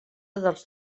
dels